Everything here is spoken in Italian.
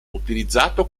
utilizzato